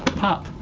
pop!